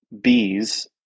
bees